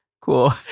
Cool